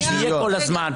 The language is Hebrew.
הוא סייג כל הזמן.